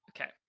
Okay